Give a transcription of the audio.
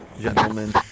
gentlemen